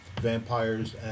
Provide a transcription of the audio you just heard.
Vampires